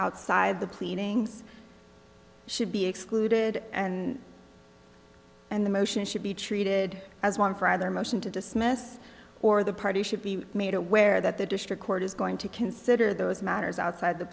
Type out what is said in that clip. outside the pleadings should be excluded and and the motion should be treated as one for either motion to dismiss or the parties should be made aware that the district court is going to consider those matters outside the